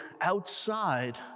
outside